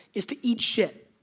is to eat shit,